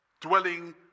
dwelling